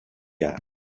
jack